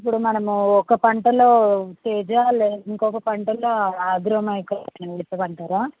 ఇప్పుడు మనము ఒక పంటలో తేజ ఇంకొక పంటలో ఆగ్రో మైక్ వేపియ్యమంటరా